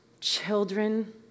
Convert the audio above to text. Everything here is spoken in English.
children